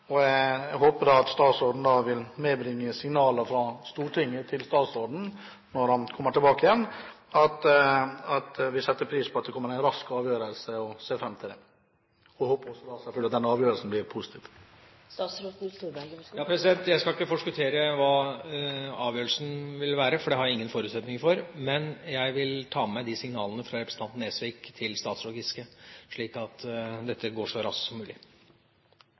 Jeg håper at statsråden vil ta med seg signaler fra Stortinget til statsråden når han kommer tilbake igjen, om at vi setter pris på at det kommer en rask avgjørelse. Vi ser fram til det og håper selvfølgelig også at den avgjørelsen blir positiv. Jeg skal ikke forskuttere hva avgjørelsen vil bli, fordi det har jeg ingen forutsetninger for. Men jeg vil ta med meg de signalene fra representanten Nesvik til statsråd Giske, slik at dette går så raskt som mulig.